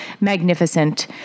magnificent